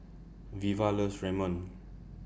Veva loves Ramyeon